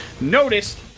noticed